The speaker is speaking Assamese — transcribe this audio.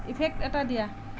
ইফেক্ট এটা দিয়া